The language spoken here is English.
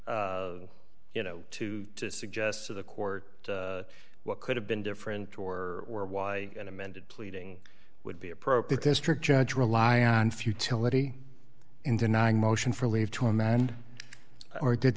you know to suggest to the court what could have been different or why an amended pleading would be appropriate district judge rely on futility in denying motion for leave to amend or did